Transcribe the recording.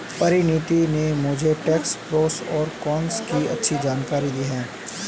परिनीति ने मुझे tax pros और कोन्स की अच्छी जानकारी दी है